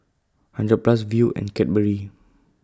hundred Plus Viu and Cadbury